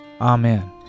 Amen